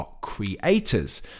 creators